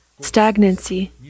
stagnancy